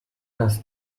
das